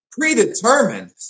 predetermined